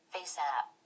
FaceApp